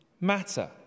matter